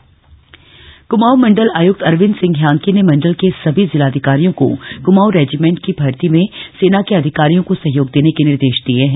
कमाऊं regiment भर्ती कमाऊं मण्डल आयक्त अरिवन्द सिंह हयांकी ने मण्डल के सभी जिलाधिकारियों को कुमाऊं रेजिमेंट की भर्ती में सेना के अधिकारियों को सहयोग देने के निर्देश दिये हैं